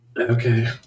Okay